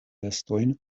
vestojn